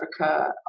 Africa